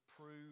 prove